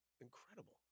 incredible